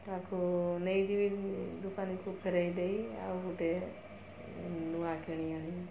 ତାକୁ ନେଇଯିବି ଦୋକାନୀକୁ ଫେରାଇ ଦେଇ ଆଉ ଗୋଟେ ନୂଆ କିଣିଆଣି